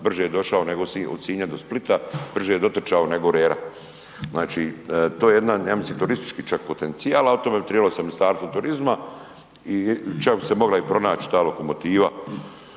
brže je došao od Sinja do Splita brže je dotrčao nego rera. Ja mislim da je to jedan turistički čak potencijal, ali o tome bi tribalo sa Ministarstvom turizma i čak bi se mogla pronać ta lokomotiva,